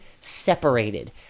separated